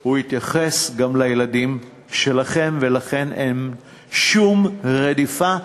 הוא יתייחס גם לילדים שלכם, ולכן אין שום רדיפה.